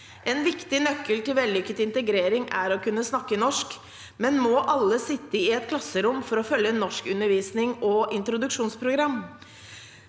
En viktig nøkkel til vellykket integrering er å kunne snakke norsk, men må alle sitte i et klasserom for å følge norskundervisning og introduksjonsprogram?